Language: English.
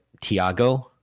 Tiago